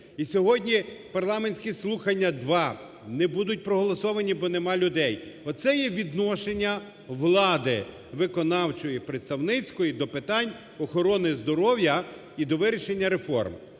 І сьогодні парламентські слухання два не будуть проголосовані, бо нема людей. Оце є відношення влади виконавчої, представницької до питань охорони здоров'я і до вирішення реформ.